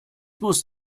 muss